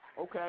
Okay